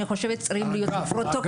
ואני חושבת שזה צריך להיות בפרוטוקול.